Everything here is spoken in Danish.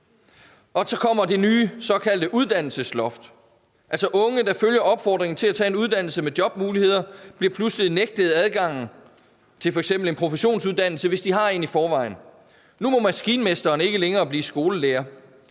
Så kommer det nye såkaldte uddannelsesloft, der altså betyder, at unge, der følger opfordringen til at tage en uddannelse med jobmuligheder, pludselig bliver nægtet adgang til f.eks. en professionsuddannelse, hvis de har en i forvejen. Nu må maskinmesteren ikke længere blive skolelærer,